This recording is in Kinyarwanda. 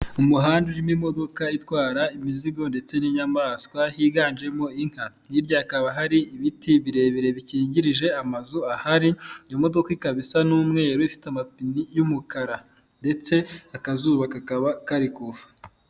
Umuhanda urimo imodoka itwara imizigo ndetse n'inyamaswa higanjemo inka, hirya hakaba hari ibiti birebire bikingirije amazu ahari, iyo modoka ikaba isa n'umweru ifite amapine y'umukara ndetse akazuba kakaba kari kuva.